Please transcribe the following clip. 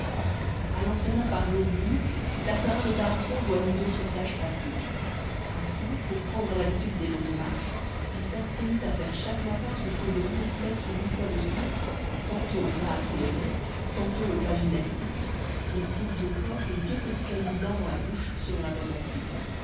a l'entraînement par l'eau bouillie tartarin de tarascon joignit d'autres sages pratiques ainsi pour prendre l'habitude des longues marches il s'astreignit à faire chaque matin son tour de ville sept ou huit fois de suite tantôt au pas accéléré tantôt au pas gymnastique les coudes au corps et deux petits cailloux blancs dans la bouche selon la mode antique